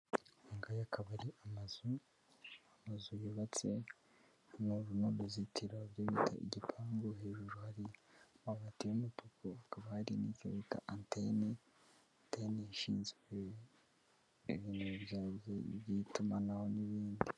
Aya akabari amazu'zu yubatse inkoru n'uruzitiro byo bita igipangu hejuru hariya amatimotuku hakaba hari n'icyo bita antenedani ishinzweganiro bya bye by'itumanaho n'ibindi.